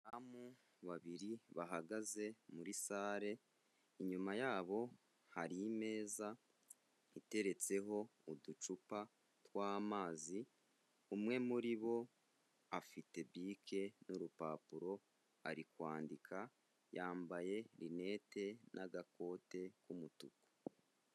Abadamu babiri bahagaze muri sale, inyuma yabo hari imeza iteretseho uducupa tw'amazi, umwe muri bo afite bike n'urupapuro ari kwandika, yambaye rinete n'agakote k'umutuku.